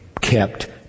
kept